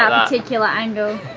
particular angle